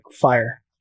fire